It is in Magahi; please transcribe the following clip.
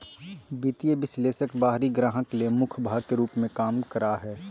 वित्तीय विश्लेषक बाहरी ग्राहक ले मुख्य भाग के रूप में काम करा हइ